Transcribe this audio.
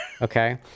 Okay